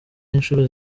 inshuro